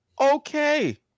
Okay